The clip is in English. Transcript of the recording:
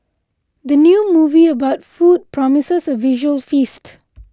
the new movie about food promises a visual feast